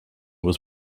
was